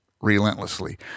relentlessly